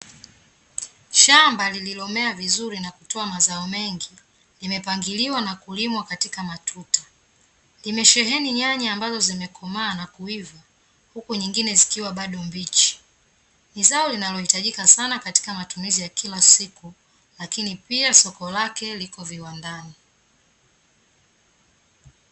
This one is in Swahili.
Shamba lililomea vizuri na kutoa mazao mengi, limepangiliwa na kulimwa katika matuta. Limesheheni nyanya ambazo zimekomaa na kuiva, huku nyingine zikwa bado mbichi. Ni zao linalohitajika sana katika matumizi ya kila siku, lakini pia soko lake lipo viwandani.